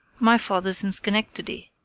my father's in schenectady.